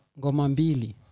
Gomambili